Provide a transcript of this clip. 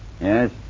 Yes